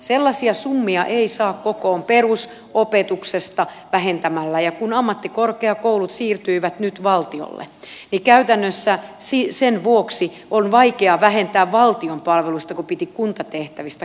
sellaisia summia ei saa kokoon perusopetuksesta vähentämällä ja kun ammattikorkeakoulut siirtyivät nyt valtiolle niin käytännössä sen vuoksi on vaikea vähentää valtion palveluista kun piti kuntatehtävistä karsia